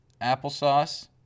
applesauce